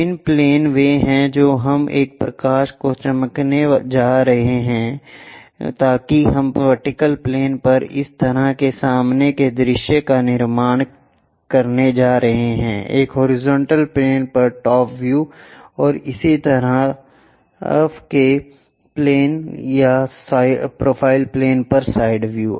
विभिन्न प्लेन वे हैं जो हम एक प्रकाश को चमकाने जा रहे हैं ताकि हम वर्टिकल प्लेन पर इस तरह के सामने के दृश्यों का निर्माण करने जा रहे हैं एक हॉरिजॉन्टल प्लेन पर टॉप व्यू और इस तरफ के प्लेन या प्रोफ़ाइल प्लेन पर साइड व्यू